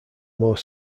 more